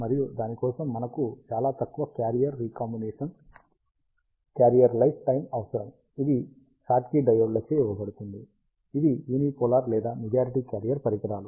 మరియు దాని కోసం మనాకు చాలా తక్కువ carrier recombination carrier lifetime అవసరం ఇది షాట్కీ డయోడ్లచే ఇవ్వబడుతుంది ఇవి యూనిపోలార్ లేదా మెజారిటీ క్యారియర్ పరికరాలు